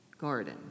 garden